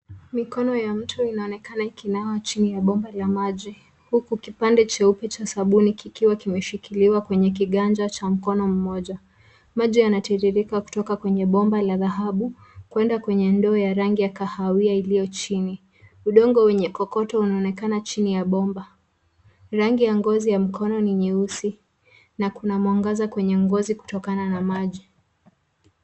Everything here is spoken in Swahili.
Mikono ya mtu inaonekana ikinawa chini ya bomba la maji huku kipande cheupe cha sabuni kikiwa kimeshikiliwa kwenye kiganja cha mkono mmoja. Maji yanatiririka kutoka kwenye bomba la dhahabu kwenda kwenye ndoo ya rangi ya kahawia iliyo chini. Udongo wenye kokoto unaonekana chini ya bomba. Rangi ya ngozi ya mkono ni nyeusi na kuna mwangaza kutokana na maji.